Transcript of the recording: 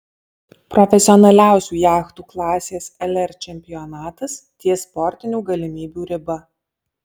profesionaliausių jachtų klasės lr čempionatas ties sportinių galimybių riba